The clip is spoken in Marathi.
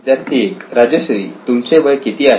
विद्यार्थी 1 राजश्री तुमचे वय किती आहे